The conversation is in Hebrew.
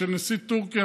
של נשיא טורקיה,